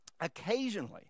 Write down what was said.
occasionally